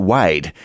Wade